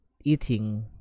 eating